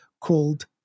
called